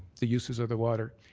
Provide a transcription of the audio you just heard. the uses of the water.